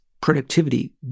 productivity